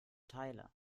teile